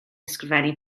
ysgrifennu